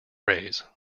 rays